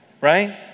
right